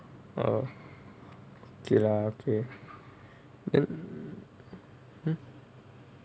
orh okay lah okay hmm